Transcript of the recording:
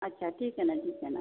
अच्छा ठीक आहे ना ठीक आहे ना